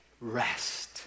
Rest